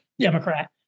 Democrat